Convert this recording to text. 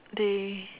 they